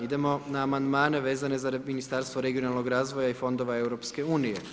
Idemo na amandmane vezane za Ministarstvo regionalnoga razvoja i fondova EU.